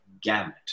gamut